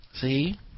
See